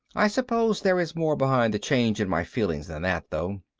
i suppose there is more behind the change in my feelings than that, though.